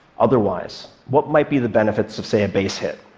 otherwise? what might be the benefits of, say, a base hit?